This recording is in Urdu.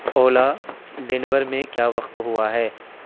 اولا ڈینور میں کیا وقت ہوا ہے